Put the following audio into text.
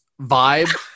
vibe